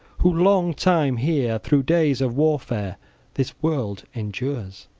who long time here, through days of warfare this world endures!